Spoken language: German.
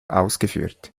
ausgeführt